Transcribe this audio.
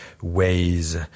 ways